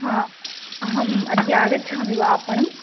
अहं अद्य आगच्छामि वा आपणम्